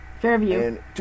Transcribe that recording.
Fairview